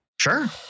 Sure